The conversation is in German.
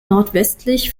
nordwestlich